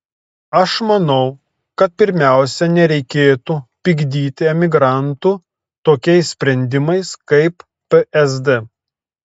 aš manau kad pirmiausia nereikėtų pykdyti emigrantų tokiais sprendimais kaip psd